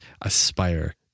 aspire